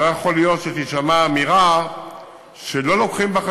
לא יכול להיות שתישמע האמירה שלא מביאים